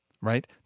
right